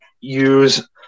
use